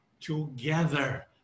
together